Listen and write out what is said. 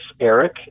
Eric